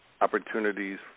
opportunities